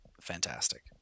fantastic